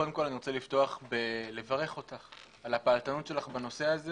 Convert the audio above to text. קודם כל אני רוצה לפתוח בלברך אותך על הפעלתנות שלך בנושא הזה